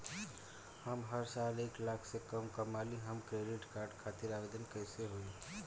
हम हर साल एक लाख से कम कमाली हम क्रेडिट कार्ड खातिर आवेदन कैसे होइ?